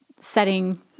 setting